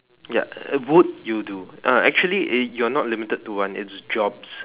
ya would you do uh actually eh you're not limited to one it's jobs